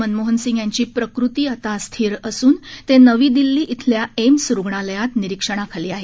मनमोहनसिंग यांची प्रकृती आता स्थिर असून ते नवी दिल्ली येथील एम्स रुग्णालयात निरीक्षणाखाली आहेत